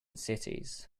cities